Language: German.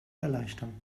erleichtern